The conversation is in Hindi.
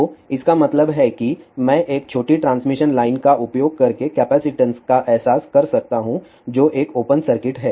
तो इसका मतलब है कि मैं एक छोटी ट्रांसमिशन लाइन का उपयोग करके कैपेसिटेंस का एहसास कर सकता हूं जो एक ओपन सर्किट है